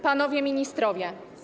Panowie Ministrowie!